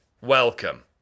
welcome